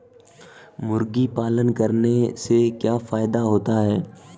मुर्गी पालन करने से क्या फायदा होता है?